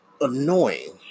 annoying